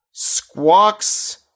Squawks